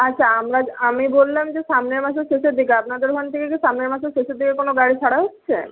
আচ্ছা আমরা আমি বললাম যে সামনের মাসের শেষের দিকে আপনাদের ওখান থেকে কি সামনের মাসে শেষের দিকে কোনো গাড়ি ছাড়া হচ্ছে